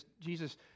Jesus